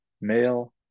male